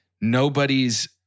nobody's